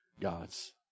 God's